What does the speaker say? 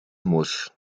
muss